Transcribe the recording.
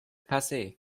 passé